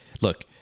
look